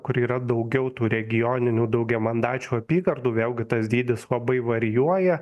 kur yra daugiau tų regioninių daugiamandačių apygardų vėlgi tas dydis labai varijuoja